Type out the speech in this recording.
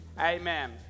amen